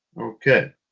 Okay